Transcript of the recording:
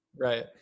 right